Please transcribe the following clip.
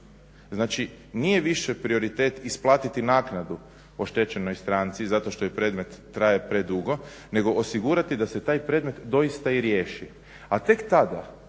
Znači nije više prioritet isplatiti naknadu oštećenoj stranici zato što joj predmet traje predugo nego osigurati da se taj predmet doista i riješi,